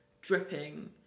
dripping